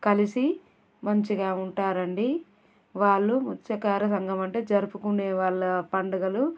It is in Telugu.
కలిసి మంచిగా ఉంటారండి వాళ్ళు మత్స్యకార సంఘమంటే జరుపుకునే వాళ్ళ పండగలు